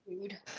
food